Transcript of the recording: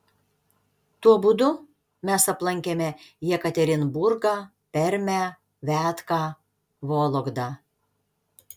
tuo būdu mes aplankėme jekaterinburgą permę viatką vologdą